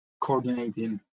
coordinating